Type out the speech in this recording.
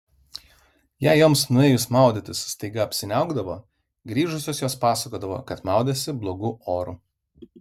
jei joms nuėjus maudytis staiga apsiniaukdavo grįžusios jos pasakodavo kad maudėsi blogu oru